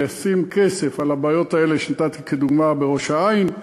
לשים כסף לפתרון הבעיות האלה שנתתי כדוגמה בראש-העין.